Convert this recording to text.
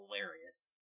hilarious